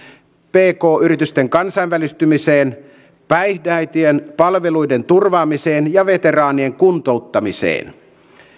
pk yritysten kansainvälistymiseen päihdeäitien palveluiden turvaamiseen ja veteraanien kuntouttamiseen